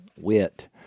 wit